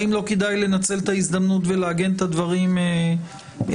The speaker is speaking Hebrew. האם לא כדאי לנצל את ההזדמנות ולעגן את הדברים בחוק?